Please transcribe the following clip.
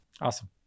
Awesome